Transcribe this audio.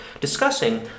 discussing